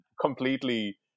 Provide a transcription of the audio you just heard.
completely